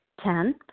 Ten